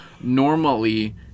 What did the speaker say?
Normally